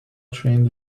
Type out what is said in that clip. trained